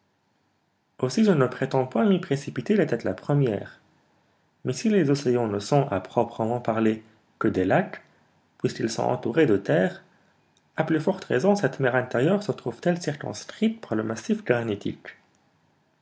aussi je ne prétends point m'y précipiter la tête la première mais si les océans ne sont à proprement parler que des lacs puisqu'ils sont entourés de terre à plus forte raison cette mer intérieure se trouve-t-elle circonscrite par le massif